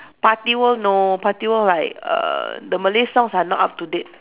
party world no party world like err the Malay songs are not up to date